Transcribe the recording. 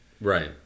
right